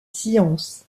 sciences